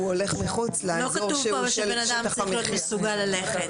לא כתוב שבן אדם צריך להיות מסוגל ללכת.